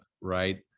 right